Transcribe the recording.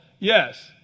Yes